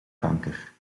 kanker